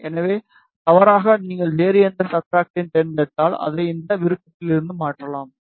எனவே தவறாக நீங்கள் வேறு எந்த சப்ஸ்ட்ரட்டையும் தேர்ந்தெடுத்தால் அதை இந்த விருப்பத்திலிருந்து மாற்றலாம்